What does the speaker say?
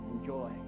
Enjoy